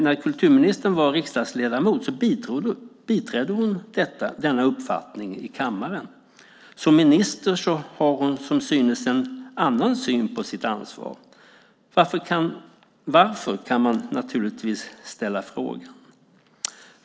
När kulturministern var riksdagsledamot biträdde hon denna uppfattning i kammaren. Som minister har hon som synes en annan syn på sitt ansvar. Man kan naturligtvis ställa sig frågan: Varför?